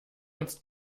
uns